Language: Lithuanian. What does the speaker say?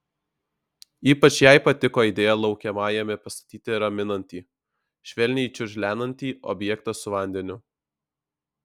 ypač jai patiko idėja laukiamajame pastatyti raminantį švelniai čiurlenantį objektą su vandeniu